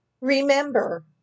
Remember